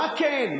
מה כן,